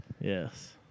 Yes